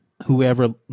Whoever